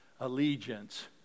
allegiance